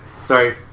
sorry